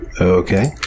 Okay